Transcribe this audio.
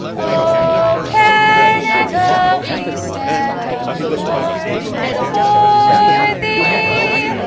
oh canada we stand on guard for thee